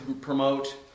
promote